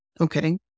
Okay